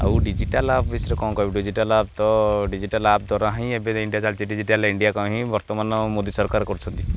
ଆଉ digital app ବିଷୟରେ କ'ଣ କହିବି ଡିଜିଟାଲ୍ ଆପ୍ ତ ଡିଜିଟାଲ୍ ଦ୍ୱାରା ଏବେ ଇଣ୍ଡିଆ ଚାଲିଛି ଡିଜିଟାଲ ଇଣ୍ଡିଆ କ ହିଁ ବର୍ତ୍ତମାନ ମୋଦୀ ସରକାର କରୁଛନ୍ତି